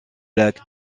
lac